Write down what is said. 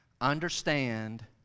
Understand